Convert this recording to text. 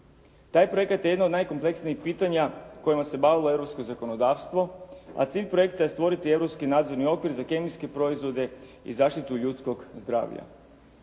Taj projekat je jedna od najkompleksnijih pitanja kojima se bavilo europsko zakonodavstvo a cilj projekta je stvoriti europski nadzorni okvir za kemijske proizvode i zaštitu ljudskog zdravlja.